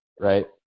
right